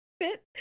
fit